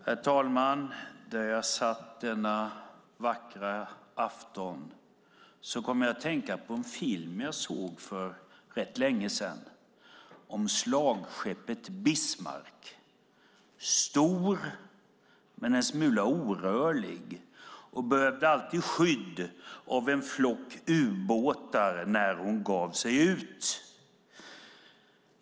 Herr talman! Där jag satt denna vackra afton kom jag att tänka på en film jag såg för rätt länge sedan om slagskeppet Bismarck, stor men en smula orörlig och behövde alltid skydd av en flock ubåtar när hon gav sig ut.